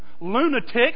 lunatic